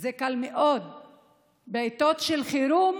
זה קל מאוד בעיתות של חירום